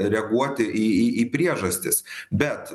reaguoti į į priežastis bet